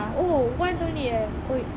oh once only eh